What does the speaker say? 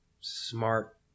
smart